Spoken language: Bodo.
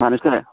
माबेसे